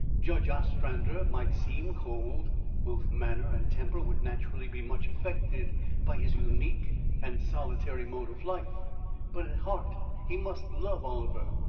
judge ostrander might seem cold both manner and temper would naturally be much affected by his unique and solitary mode of life but at heart he must love oliver.